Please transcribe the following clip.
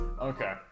Okay